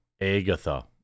Agatha